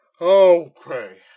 Okay